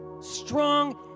strong